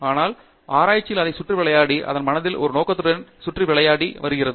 ஆனால் ஆராய்ச்சி அதை சுற்றி விளையாடி அதன் மனதில் ஒரு நோக்கத்துடன் சுற்றி விளையாடி வருகிறது